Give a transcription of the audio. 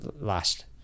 last